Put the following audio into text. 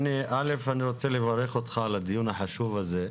רוצה לברך אותך על הדיון החשוב הזה סימון.